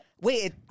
Wait